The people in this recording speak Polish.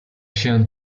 się